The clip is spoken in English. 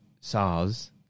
SARS